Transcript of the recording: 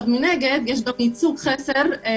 כולנו מודעים לכך,